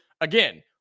again